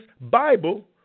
Bible